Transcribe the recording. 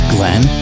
Glenn